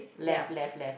left left left